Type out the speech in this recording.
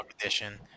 edition